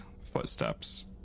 footsteps